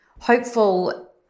hopeful